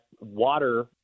water